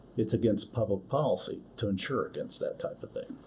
it's against public policy to ensure against that type of thing.